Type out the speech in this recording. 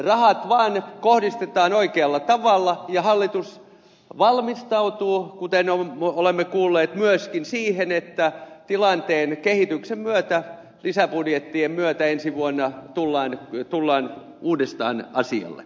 rahat vaan kohdistetaan oikealla tavalla ja hallitus valmistautuu kuten olemme kuulleet myöskin siihen että tilanteen kehityksen myötä lisäbudjettien myötä ensi vuonna tullaan uudestaan asialle